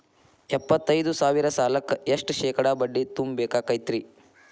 ಎಪ್ಪತ್ತೈದು ಸಾವಿರ ಸಾಲಕ್ಕ ಎಷ್ಟ ಶೇಕಡಾ ಬಡ್ಡಿ ತುಂಬ ಬೇಕಾಕ್ತೈತ್ರಿ?